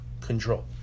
control